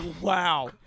Wow